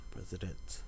President